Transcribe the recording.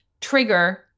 Trigger